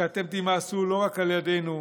כי אתם תימאסו לא רק עלינו,